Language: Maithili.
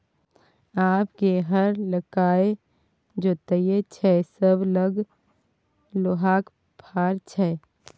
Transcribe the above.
आब के हर लकए जोतैय छै सभ लग लोहाक फार छै